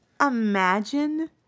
imagine